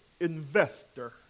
investor